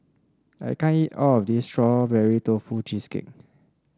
I can't eat all of this Strawberry Tofu Cheesecake